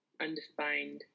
undefined